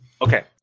Okay